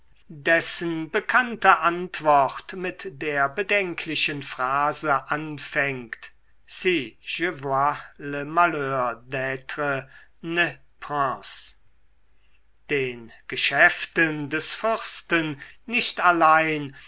dessen bekannte antwort mit der bedenklichen phrase anfängt si j'avois le malheur d'etre n prince den geschäften des fürsten nicht allein